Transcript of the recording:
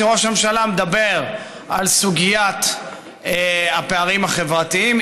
כשראש ממשלה מדבר על סוגיית הפערים החברתיים,